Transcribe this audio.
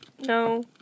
No